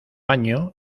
año